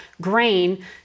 grain